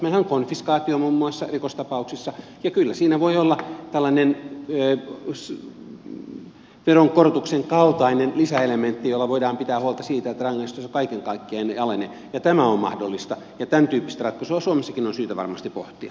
meillähän on konfiskaatio muun muassa rikostapauksissa ja kyllä siinä voi olla tällainen veronkorotuksen kaltainen lisäelementti jolla voidaan pitää huolta siitä että rangaistus ei kaiken kaikkiaan alene ja tämä on mahdollista ja tämäntyyppistä ratkaisua suomessakin on syytä varmasti pohtia